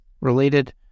related